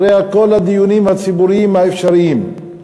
אחרי כל הדיונים הציבוריים האפשריים,